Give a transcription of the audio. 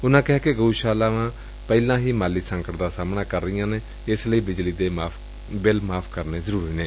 ਉਨੂਾਂ ਕਿਹਾ ਕਿ ਗਉਸ਼ਾਲਾਵਾਂ ਪਹਿਲਾਂ ਹੀ ਮਾਲੀ ਸੰਕਟ ਦਾ ਸਾਹਮਣਾ ਕਰ ਰਹੀਆਂ ਨੇ ਇਸ ਲਈ ਬਿਜਲੀ ਦੇ ਬਿੱਲ ਮਾਫ਼ ਕਰਨੇ ਜ਼ਰੁਰੀ ਨੇ